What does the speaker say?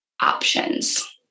options